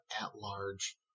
at-large